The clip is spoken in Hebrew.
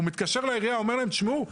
הוא מתקשר לעירייה ואומר להם: תשמעו,